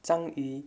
zhang yi